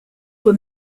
were